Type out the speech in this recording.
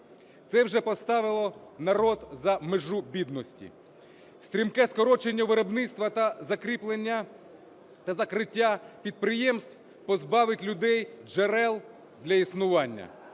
Це вже поставило народ за межу бідності. Стрімке скорочення виробництва та закріплення… та закриття підприємств позбавить людей джерел для існування.